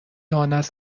آنست